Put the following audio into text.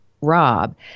Rob